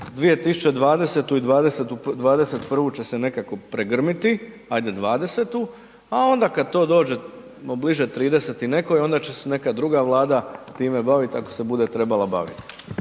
2020. i 2021. će se nekako pregrmiti, ajde '20., a onda kad to dođemo bliže '30. i nekoj onda će se neka druga vlada time baviti ako se bude trebala baviti.